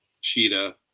Sheeta